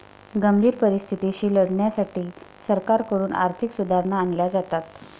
गंभीर परिस्थितीशी लढण्यासाठी सरकारकडून आर्थिक सुधारणा आणल्या जातात